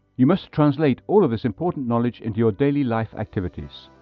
you must translate all of this important knowledge into your daily life activities.